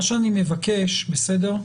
מה שאני מבקש בסדר?